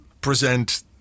present